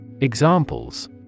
Examples